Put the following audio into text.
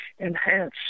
enhance